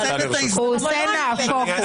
אני אענה בזמני.